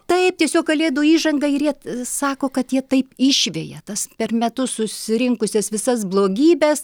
taip tiesiog kalėdų įžanga ir jie sako kad jie taip išveja tas per metus susirinkusias visas blogybes